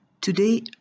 Today